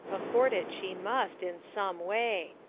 afford it she must, in some way.